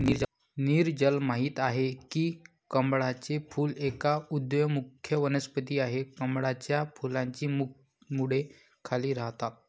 नीरजल माहित आहे की कमळाचे फूल एक उदयोन्मुख वनस्पती आहे, कमळाच्या फुलाची मुळे खाली राहतात